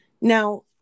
Now